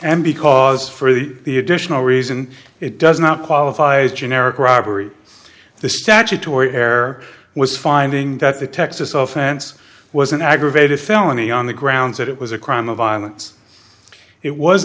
because for the the additional reason it does not qualify as generic robbery the statutory air was finding that the texas offense was an aggravated felony on the grounds that it was a crime of violence it was